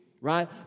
right